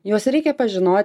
juos reikia pažino